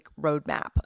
roadmap